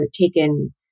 taken